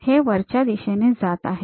हे वरच्या दिशेने जात आहे